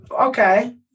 Okay